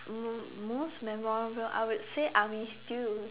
m~ most memorable I would say army stew